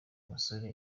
musore